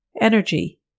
Energy